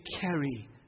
carry